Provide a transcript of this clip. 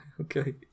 okay